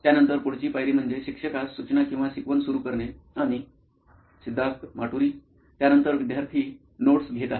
त्यानंतर पुढची पायरी म्हणजे शिक्षकास सूचना किंवा शिकवण सुरू करणे आणि सिद्धार्थ माटुरी मुख्य कार्यकारी अधिकारी नॉइन इलेक्ट्रॉनिक्स त्यानंतर विद्यार्थी नोट्स घेत आहेत